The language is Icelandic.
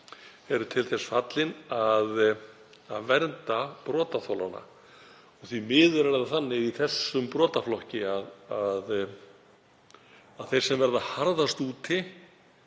eru til þess fallin að vernda brotaþola og því miður er það þannig í þessum brotaflokki að þeir sem verða harðast úti